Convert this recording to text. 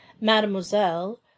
mademoiselle